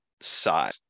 size